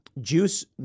Juice